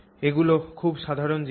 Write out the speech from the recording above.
এগুলো খুব সাধারণ জিনিস